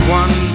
one